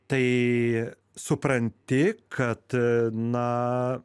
tai supranti kad na